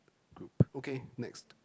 group okay next